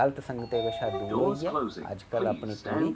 गलत सगंत कोला दूर होइयै अजकल अपनी पूरा